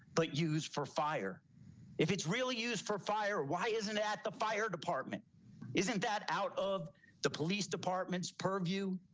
but use for fire if it's really used for fire. why isn't at the fire department. markgelband isn't that out of the police departments per view.